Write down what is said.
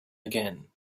again